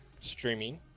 streaming